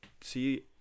see